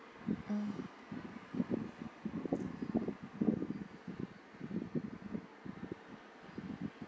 mm